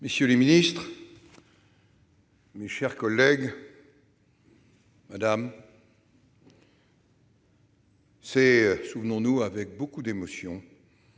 Messieurs les ministres, mes chers collègues, madame, c'est- souvenons-nous -avec beaucoup d'émotion